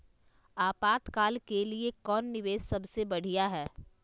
आपातकाल के लिए कौन निवेस सबसे बढ़िया है?